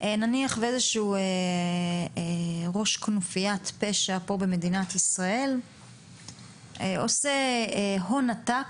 נניח ואיזה שהוא ראש כנופיית פשע פה במדינת ישראל עושה הון עתק,